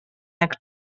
jak